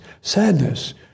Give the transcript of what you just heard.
Sadness